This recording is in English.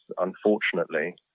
unfortunately